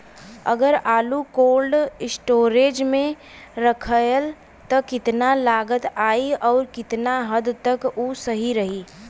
अगर आलू cold storage में रखायल त कितना लागत आई अउर कितना हद तक उ सही रही?